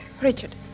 Richard